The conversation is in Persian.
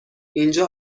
اینجا